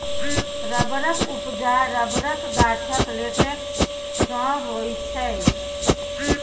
रबरक उपजा रबरक गाछक लेटेक्स सँ होइ छै